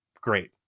great